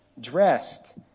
Dressed